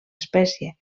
espècie